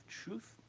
truth